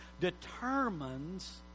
determines